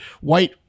white